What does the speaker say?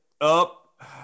up